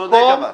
הוא צודק אבל.